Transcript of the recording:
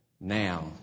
Now